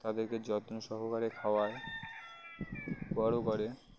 তাদেরকে যত্ন সহকারে খাওয়ায় বড়ো করে